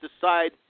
decide